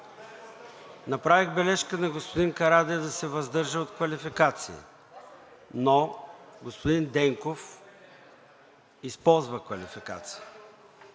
Направих бележка на господин Карадайъ да се въздържа от квалификации, но господин Денков използва квалификация,